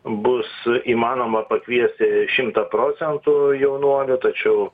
bus įmanoma pakviesti šimtą procentų jaunuolių tačiau